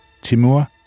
Timur